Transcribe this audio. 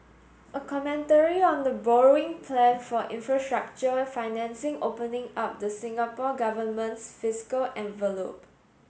a commentary on the borrowing plan for infrastructure financing opening up the Singapore Government's fiscal envelope